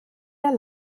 der